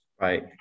Right